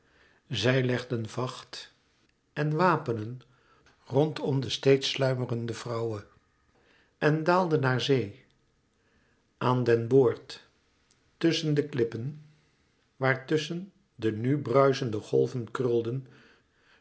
zij legden vacht en wapenen rondom de steeds sluimerende vrouwe en daalden naar zee aan den boord tusschen de klippen waar tusschen de nu bruischende golven krulden